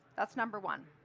that's number one.